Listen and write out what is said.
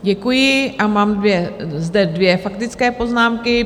Děkuji a mám dvě zde dvě faktické poznámky.